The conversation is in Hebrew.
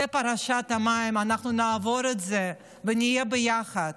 זה קו פרשת המים, אנחנו נעבור את זה ונהיה ביחד,